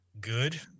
good